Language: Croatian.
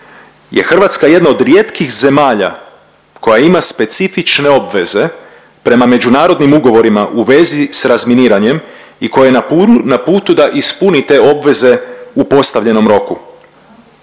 Hrvatska jedna od rijetkih zemalja koja ima specifične obveze prema međunarodnim ugovorima u vezi s razminiranjem i koja je na puru, na putu da ispuni te obveze u postavljenom roku.